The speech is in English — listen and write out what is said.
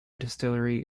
distillery